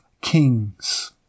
kings